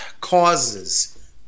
causes